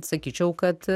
sakyčiau kad